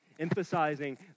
emphasizing